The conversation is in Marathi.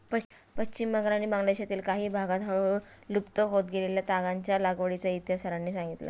पश्चिम बंगाल आणि बांगलादेशातील काही भागांत हळूहळू लुप्त होत गेलेल्या तागाच्या लागवडीचा इतिहास सरांनी सांगितला